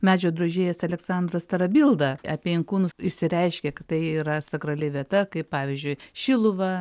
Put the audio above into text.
medžio drožėjas aleksandras tarabilda apie inkūnus išsireiškė kad tai yra sakrali vieta kaip pavyzdžiui šiluva